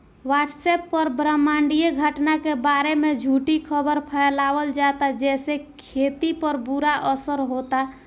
WhatsApp पर ब्रह्माण्डीय घटना के बारे में झूठी खबर फैलावल जाता जेसे खेती पर बुरा असर होता